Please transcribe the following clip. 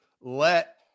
let